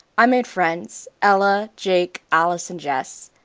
i made friends ella, jake, alice, and jess.